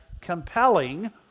compelling